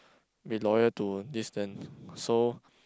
be loyal to this so